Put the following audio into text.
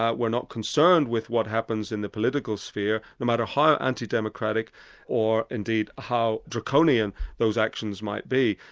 ah we're not concerned with what happens in the political sphere, no matter how anti-democratic or indeed how draconian those actions might be.